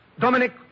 Dominic